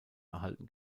erhalten